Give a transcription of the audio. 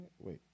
Wait